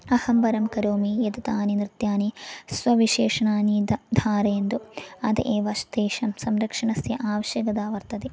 अहं वरं करोमि यत् तानि नृत्यानि स्वविशेषणानि द धारयन्तु अतः एव श् तेषां संरक्षणस्य आवश्यकता वर्तते